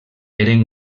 eren